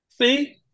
See